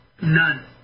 None